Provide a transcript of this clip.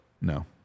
No